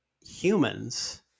humans